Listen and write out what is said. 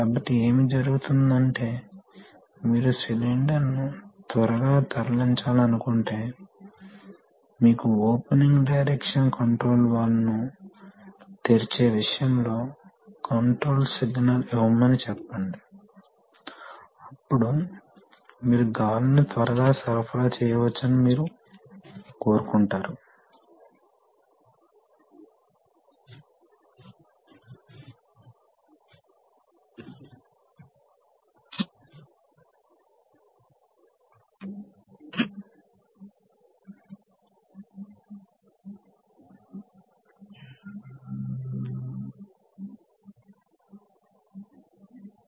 కాబట్టి మనము open loop technology ని కలిగి ఉండవచ్చు మీరు ఓపెన్ లూప్ కంట్రోల్ని ఉపయోగించవచ్చు ఇది మనము కంట్రోల్ థియరీ లో అధ్యయనం చేసాము మీకు ఫీడ్బ్యాక్ ఎందుకు కావాలి అంటే సిస్టమ్ మోడల్ మారవచ్చు మరియు తెలియని అవాంతరాలు చాలా ఉన్నాయి కాబట్టి మీకు ఈ విధమైన పరిస్థితులు ఉంటే అప్పుడు మీరు క్లోజ్డ్ లూప్ ఫీడ్బ్యాక్ కంట్రోల్ని ఉపయోగిస్తారు కానీ ఒక పరిస్థితిలో క్లోజ్డ్ లూప్ ఫీడ్బ్యాక్ కంట్రోల్ కోసం మీకు ఖరీదైన ఫీడ్బ్యాక్ అమరిక అవసరం కావచ్చు